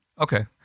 Okay